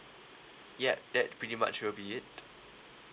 yup that pretty much will be it